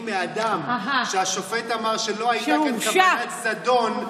מאדם שהשופט אמר שלא הייתה כאן כוונת זדון,